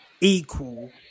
equal